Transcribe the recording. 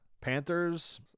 Panthers